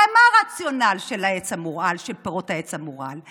הרי מה הרציונל של פירות העץ המורעל?